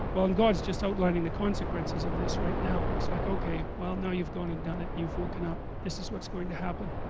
well and god's just outlining the consequences of this right now it's like, okay? well now you've gone and done it you've woken up this, is what's going to happen